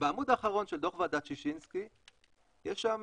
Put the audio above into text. בעמוד האחרון של דוח ועדת ששינסקי יש את